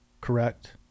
correct